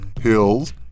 hills